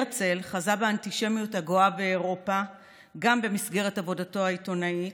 הרצל חזה באנטישמיות הגואה באירופה גם במסגרת עבודתו העיתונאית,